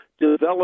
develop